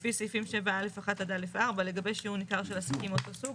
לפי סעיף 7(א)(1) עד א(4) לגבי שיעור ניכר של עסקים מאותו סוג.